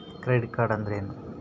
Credit card ಅಂದ್ರೇನು?